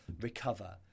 recover